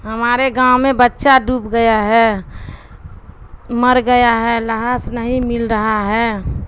ہمارے گاؤں میں بچہ ڈوب گیا ہے مر گیا ہے لہاظ نہیں مل رہا ہے